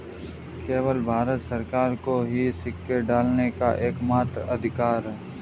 केवल भारत सरकार को ही सिक्के ढालने का एकमात्र अधिकार है